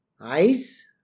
Eyes